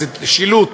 איזה שילוט.